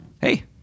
Hey